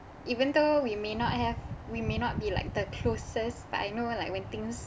even though we may not have we may not be like the closest but I know like when things